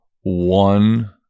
one